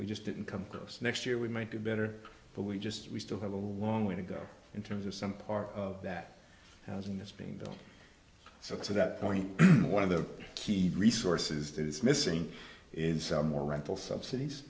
we just didn't come close next year we might do better but we just we still have a long way to go in terms of some part of that housing is being built so that only one of the key resources that is missing is more rental subsidies